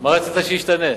מה רצית שישתנה?